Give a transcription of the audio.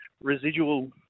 residual